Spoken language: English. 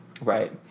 Right